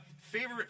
favorite